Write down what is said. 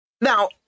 Now